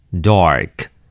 Dark